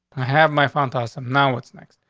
i have my phantasm. now, what's next?